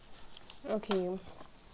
okay